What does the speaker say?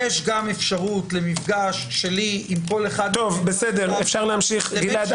יש גם אפשרות למפגש שלי עם כל אחד מכם - לבין שלא יאמר את זה.